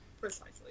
precisely